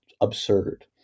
absurd